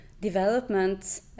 development